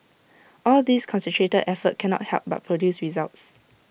all this concentrated effort cannot help but produce results